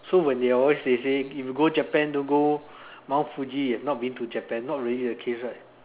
so when they always they say if you go Japan don't go Mount Fuji you've not been to Japan not really the case right